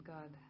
God